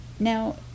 Now